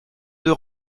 deux